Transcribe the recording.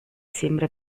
sembra